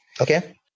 Okay